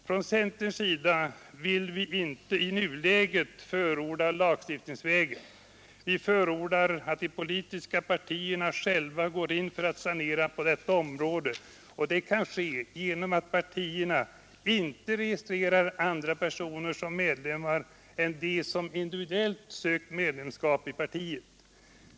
Från centerns sida vill vi inte i nuläget förorda lagstiftningsvägen. Vi förordar att de politiska partierna själva går in för att sanera på detta område, och det kan ske genom att partierna inte registrerar andra personer som medlemmar än dem som individuellt sökt medlemskap i partiet.